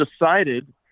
decided